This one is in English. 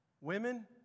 Women